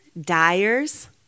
dyers